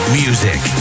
music